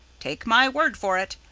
take my word for it,